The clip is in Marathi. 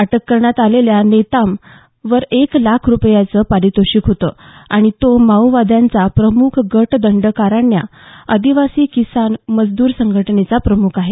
अटक करण्यात आलेल्या नेतामवर एका लाख रुपयांचं पारितोषिक होतं आणि तो माओवाद्यांचा प्रमुख गट दंडकारण्या आदिवासी किसान मजद्र संघटनेचा प्रमुख आहे